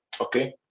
okay